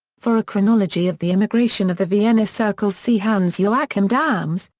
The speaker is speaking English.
for a chronology of the emigration of the vienna circle see hans-joachim dahms,